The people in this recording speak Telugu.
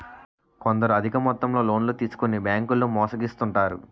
కొందరు అధిక మొత్తంలో లోన్లు తీసుకొని బ్యాంకుల్లో మోసగిస్తుంటారు